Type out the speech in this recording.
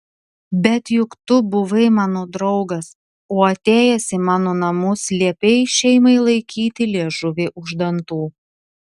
bet juk buvai mano draugas o atėjęs į mano namus liepei šeimai laikyti liežuvį už dantų